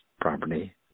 property